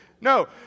No